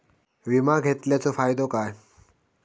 विमा घेतल्याचो फाईदो काय?